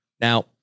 Now